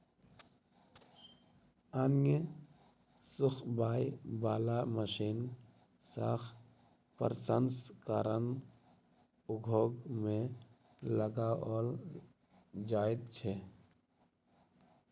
अन्न सुखबय बला मशीन खाद्य प्रसंस्करण उद्योग मे लगाओल जाइत छै